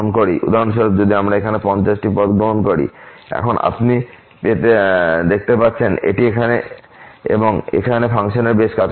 উদাহরণস্বরূপ যদি আমরা এখানে 50 টি পদ গ্রহণ করি এখন আপনি দেখতে পাচ্ছেন এটি এখানে এবং এখানে ফাংশনের বেশ কাছাকাছি